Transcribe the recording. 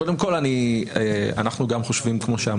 אנחנו מהר